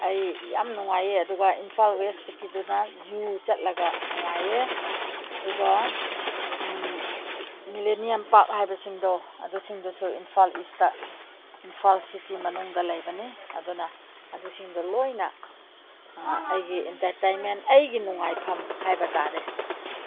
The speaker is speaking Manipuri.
ꯑꯩ ꯌꯥꯝ ꯅꯨꯡꯉꯥꯏꯌꯦ ꯑꯗꯨꯒ ꯏꯝꯐꯥꯜ ꯋꯦꯁꯀꯤꯗꯨꯅ ꯖꯨ ꯆꯠꯂꯒ ꯅꯨꯡꯉꯥꯏꯌꯦ ꯑꯗꯨꯒ ꯃꯤꯂꯦꯅꯤꯌꯝ ꯄꯥꯛ ꯍꯥꯏꯕꯁꯤꯡꯗꯣ ꯑꯗꯨꯁꯤꯡꯗꯨꯁꯨ ꯏꯝꯐꯥꯜ ꯏꯁꯇ ꯏꯝꯐꯥꯜ ꯁꯤꯇꯤ ꯃꯅꯨꯡꯗ ꯂꯩꯕꯅꯤ ꯑꯗꯨꯅ ꯑꯗꯨꯁꯤꯡꯗꯨ ꯂꯣꯏꯅ ꯑꯩꯒꯤ ꯏꯟꯇꯔꯇꯦꯟꯃꯦꯟ ꯑꯩꯒꯤ ꯅꯨꯡꯉꯥꯏꯐꯝ ꯍꯥꯏꯕ ꯇꯥꯔꯦ